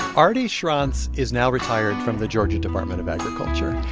arty schronce is now retired from the georgia department of agriculture.